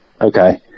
Okay